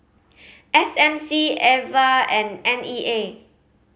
S M C Ava and N E A